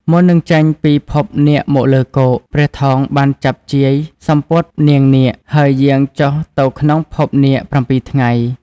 មុននឹងចេញពីភពនាគមកលើគោក ព្រះថោងបានចាប់ជាយ សំពត់នាងនាគ ហើយយាងចុះទៅក្នុងភពនាគ ៧ ថ្ងៃ។